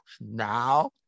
now